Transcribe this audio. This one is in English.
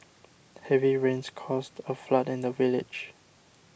heavy rains caused a flood in the village